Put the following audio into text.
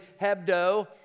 Hebdo